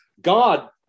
God